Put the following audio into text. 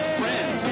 friends